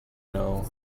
know